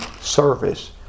service